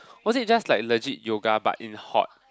was it just like legit yoga but in hot